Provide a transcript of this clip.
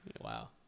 Wow